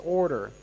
order